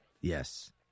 Yes